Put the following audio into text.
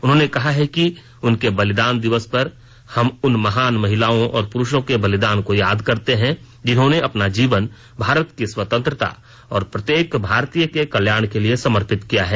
उन्होंने कहा है कि उनके बलिदान दिवस पर हम उन महान महिलाओं और पुरुषों के बलिदान को याद करते हैं जिन्होंने अपना जीवन भारत की स्वतंत्रता और प्रत्येक भारतीय के कल्याण के लिए समर्पित किया है